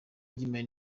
ry’imari